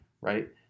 right